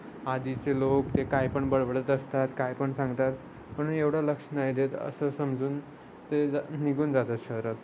आधीचे लोक ते काय पण बडबडत असतात काय पण सांगतात पण एवढं लक्ष नाही देत असं समजून ते निघून जातात शहरात